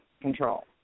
control